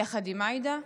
יחד עם עאידה.